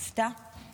מופתע?